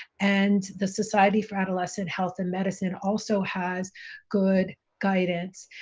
and the society for adolescent health and medicine also has good guidance.